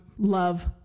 Love